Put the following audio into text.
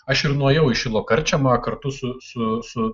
aš ir nuėjau į šilo karčiamą kartu su su